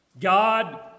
God